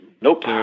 Nope